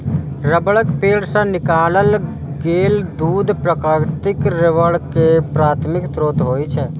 रबड़क पेड़ सं निकालल गेल दूध प्राकृतिक रबड़ के प्राथमिक स्रोत होइ छै